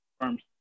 firms